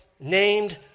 named